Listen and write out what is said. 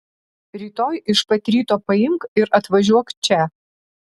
rytoj iš pat ryto paimk ir atvažiuok čia